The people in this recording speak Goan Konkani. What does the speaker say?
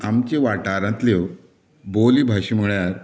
आमच्या वाठारांतल्यो बोली भाशा म्हळ्यार